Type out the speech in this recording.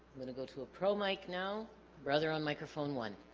i'm gonna go to a pro mic now brother on microphone one